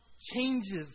changes